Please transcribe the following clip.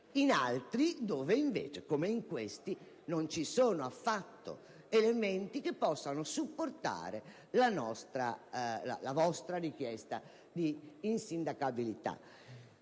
in altri invece - come in questi - non ci sono affatto elementi che possano supportare la vostra richiesta di insindacabilità.